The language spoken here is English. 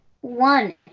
one